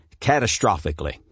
catastrophically